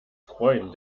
freuen